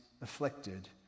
afflicted